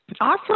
awesome